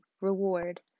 reward